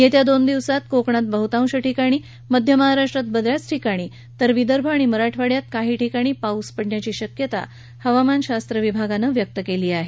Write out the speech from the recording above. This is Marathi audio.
येत्या दोन दिवसात कोकणात बहतांश ठिकाणी मध्य महाराष्ट्रात बऱ्याच ठिकाणी तर विदर्भ आणि मराठवाड्यात काही ठिकाणी पाऊस पडण्याची शक्यता हवामान विभागानं व्यक्त केली आहे